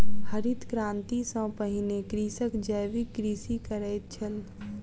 हरित क्रांति सॅ पहिने कृषक जैविक कृषि करैत छल